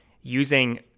using